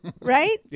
Right